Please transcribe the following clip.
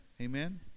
amen